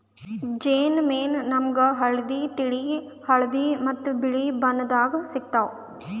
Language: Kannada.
ಜೇನ್ ಮೇಣ ನಾಮ್ಗ್ ಹಳ್ದಿ, ತಿಳಿ ಹಳದಿ ಮತ್ತ್ ಬಿಳಿ ಬಣ್ಣದಾಗ್ ಸಿಗ್ತಾವ್